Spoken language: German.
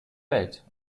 welt